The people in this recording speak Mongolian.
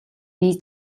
бие